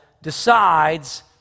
decides